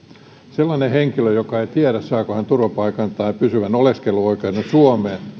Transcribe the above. sellainen henkilö joka ei tiedä saako hän turvapaikan tai pysyvän oleskeluoikeuden suomeen